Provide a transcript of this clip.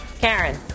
Karen